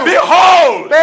Behold